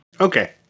Okay